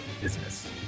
business